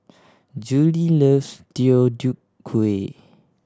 Juli loves Deodeok Gui